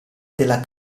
della